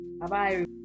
Bye-bye